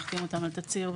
יחתים אותם על תצהיר,